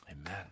Amen